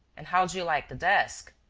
and how do you like the desk?